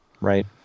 Right